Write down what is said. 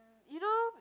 you know